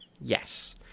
Yes